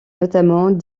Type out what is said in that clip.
notamment